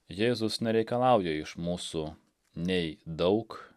jėzus nereikalauja iš mūsų nei daug